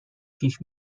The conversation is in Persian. پیش